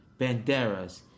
Banderas